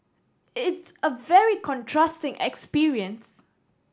it's a very contrasting experience